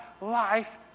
life